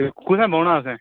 ते कुत्थें बौह्ना असें